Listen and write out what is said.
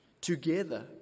Together